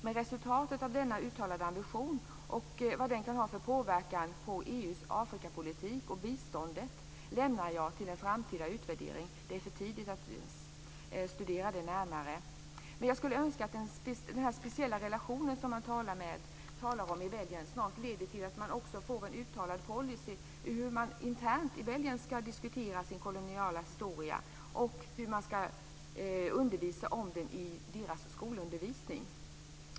Men resultatet av denna uttalade ambition och vad den kan ha för påverkan på EU:s Afrikapolitik och på biståndet lämnar jag till en framtida utvärdering; det är för tidigt att nu närmare studera det. Jag skulle dock önska att den speciella relation som det talas om i Belgien snart leder till att man får en uttalad policy om hur man internt i Belgien ska diskutera sin koloniala historia och hur man ska undervisa om den i landets skolundervisning.